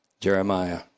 Jeremiah